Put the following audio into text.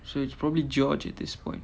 so it's probably george at this point